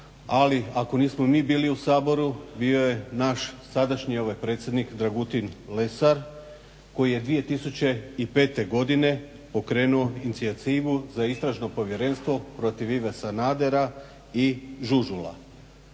ali ako nismo mi bili u Saboru bio je naš sadašnji ovaj predsjednik Dragutin Lesar, koji je 2005. godine pokrenuo inicijativu za istražno povjerenstvo protiv Ive Sanadera i Žužula.